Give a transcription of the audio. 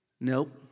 nope